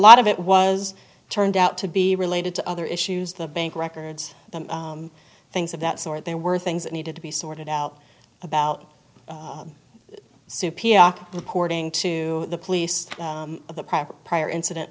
lot of it was turned out to be related to other issues the bank records things of that sort there were things that needed to be sorted out about soupy the cording to the police the private prior incident